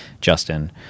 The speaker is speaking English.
justin